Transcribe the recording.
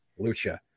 Lucha